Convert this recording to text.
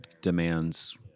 demands